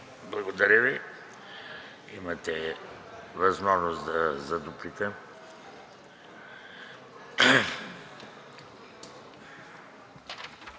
Благодаря Ви. Имате възможност за дуплика.